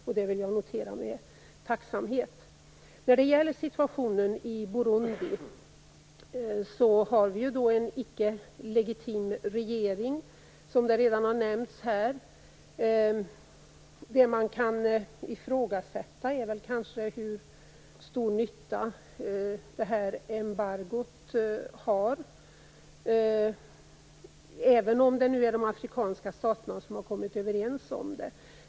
Jag noterar detta med tacksamhet. Situationen i Burundi är sådan att landet har en icke-legitim regering, vilket också redan har nämnts här. Man kan ifrågasätta hur stor nytta embargot gör, även om det är de afrikanska staterna som har kommit överens om det.